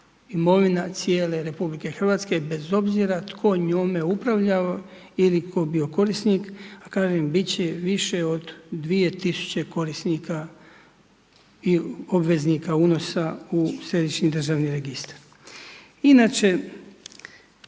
imovina cijele RH bez obzira tko njome upravlja ili tko je bio korisnik a kažem biti će više od 2000 korisnika i obveznika unosa u Središnji državni registar. Inače